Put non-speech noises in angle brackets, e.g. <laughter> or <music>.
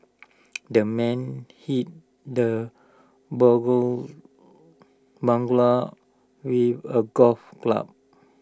the man hit the <unintelligible> burglar with A golf club